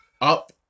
up